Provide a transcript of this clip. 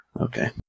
Okay